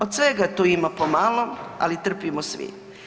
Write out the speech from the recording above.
Od svega tu ima pomalo, ali trpimo svi.